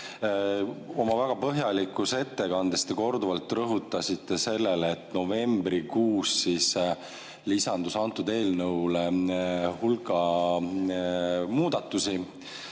Oma väga põhjalikus ettekandes te korduvalt rõhutasite seda, et novembrikuus lisandus eelnõule hulk muudatusi.